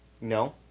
no